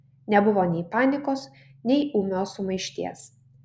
nebuvo nei panikos nei ūmios sumaišties